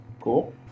Cool